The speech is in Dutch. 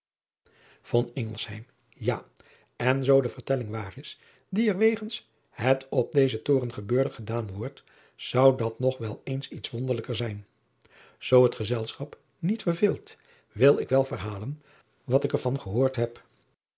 a en zoo de vertelling waar is die er wegens het op dezen toren gebeurde gedaan wordt zou dat nog wel iets wonderlijker zijn oo het het gezelschap niet verveelt wil ik wel verhalen wat ik er van gehoord heb